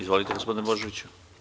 Izvolite, gospodine Božoviću.